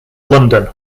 london